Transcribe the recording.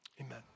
Amen